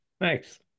Thanks